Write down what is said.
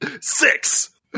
Six